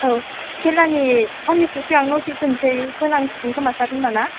औ खेलानि साननैसो सिगां नटिस होनांसिगोन खोमा सार होनबा ना